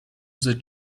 the